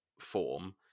form